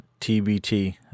TBT